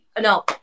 No